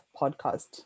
podcast